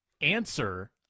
answer